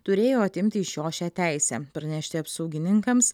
turėjo atimti iš jo šią teisę pranešti apsaugininkams